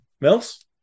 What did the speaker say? Mills